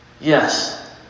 Yes